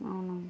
అవునా